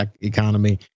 economy